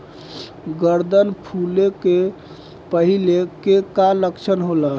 गर्दन फुले के पहिले के का लक्षण होला?